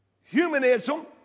humanism